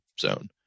zone